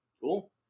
cool